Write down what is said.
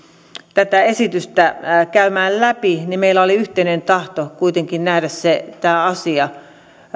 tätä esitystä käymään läpi niin meillä oli yhteinen tahto kuitenkin nähdä tämä asia